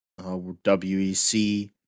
WEC